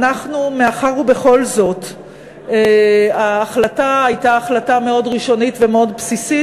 מאחר שבכל זאת ההחלטה הייתה החלטה מאוד ראשונית ומאוד בסיסית,